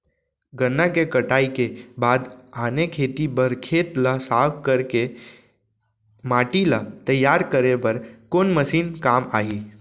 गन्ना के कटाई के बाद आने खेती बर खेत ला साफ कर के माटी ला तैयार करे बर कोन मशीन काम आही?